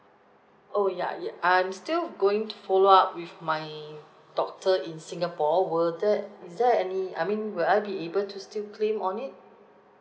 oh ya ya I'm still going to follow up with my doctor in singapore will that is there any I mean will I be able to still claim on it